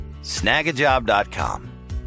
Snagajob.com